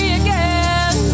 again